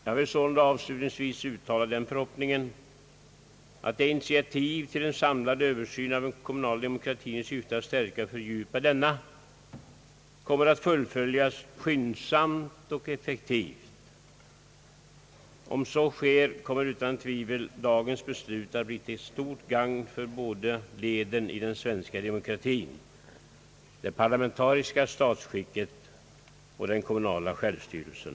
Jag vill sålunda avslutningsvis uttala den förhoppningen att detta initiativ till en samlad översyn av den kommunala demokratin i syfte att stärka och fördjupa denna kommer att fullföljas skyndsamt och effektivt. Om så sker kommer utan tvivel dagens beslut att bli till stort gagn för båda leden i den svenska demokratin — det parlamentariska statsskicket och den kommunala självstyrelsen.